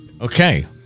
Okay